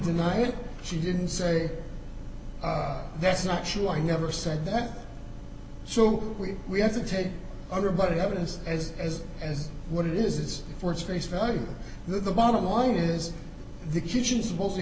deny it she didn't say that's not sure i never said that so we we have to take over but evidence as as as what it is it's for its face value the bottom line is the kitchen supposed to